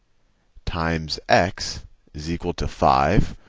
times x is equal to five.